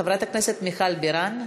חברת הכנסת מיכל בירן,